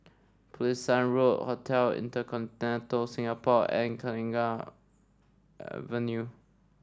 Pulasan Road Hotel InterContinental Singapore and Kenanga Avenue